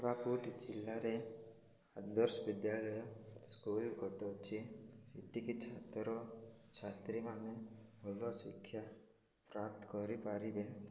କୋରାପୁଟ ଜିଲ୍ଲାରେ ଆଦର୍ଶ ବିଦ୍ୟାଳୟ ସ୍କୁଲ ଅଛି ସେଠିକି ଛାତ୍ର ଛାତ୍ରୀମାନେ ଭଲ ଶିକ୍ଷା ପ୍ରାପ୍ତ କରିପାରିବେ